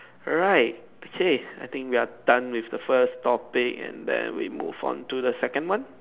alright okay I think we are done with the first topic and then we move on to the second one